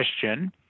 question